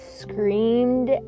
screamed